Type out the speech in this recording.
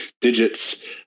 digits